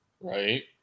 Right